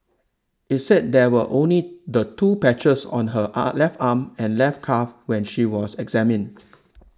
it said there were only the two patches on her ah left arm and left calf when she was examined